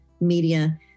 media